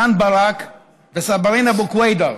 רן ברק וסברין אבו קוידר,